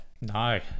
no